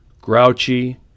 grouchy